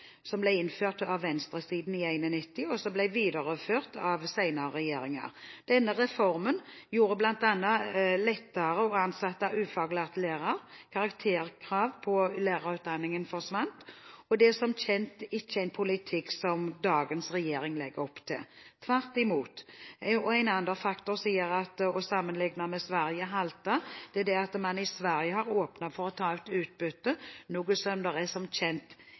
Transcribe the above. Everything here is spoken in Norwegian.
som ble innført av venstresiden i 1991, og som ble videreført av senere regjeringer. Denne reformen gjorde det bl.a. lettere å ansette ufaglærte lærere, og karakterkrav på lærerutdanningen forsvant. Det er som kjent ikke en politikk dagens regjering legger opp til – tvert imot. En annen faktor som også gjør at sammenligningene med Sverige halter, er at man i Sverige har åpnet for å ta ut utbytte, noe det som kjent